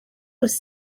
was